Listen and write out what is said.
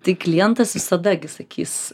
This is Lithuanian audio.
tai klientas visada gi sakys